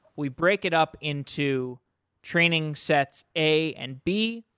we break it up into training sets a and b.